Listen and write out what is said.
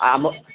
आम